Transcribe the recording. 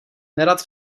nerad